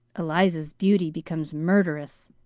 eliza's beauty becomes murderous.